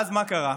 ואז מה קרה?